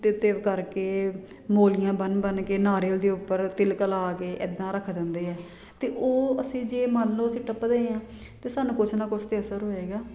'ਤੇ ਤਿਵ ਕਰਕੇ ਮੌਲੀਆਂ ਬੰਨ੍ਹ ਬੰਨ੍ਹ ਕੇ ਨਾਰੀਅਲ ਦੇ ਉੱਪਰ ਤਿਲਕ ਲਾ ਕੇ ਇੱਦਾਂ ਰੱਖ ਦਿੰਦੇ ਆ ਅਤੇ ਉਹ ਅਸੀਂ ਜੇ ਮੰਨ ਲਓ ਅਸੀਂ ਟੱਪਦੇ ਹਾਂ ਅਤੇ ਸਾਨੂੰ ਕੁਛ ਨਾ ਕੁਛ ਤਾਂ ਅਸਰ ਹੋਏਗਾ